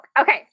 okay